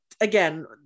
again